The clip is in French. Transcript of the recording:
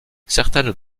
certaines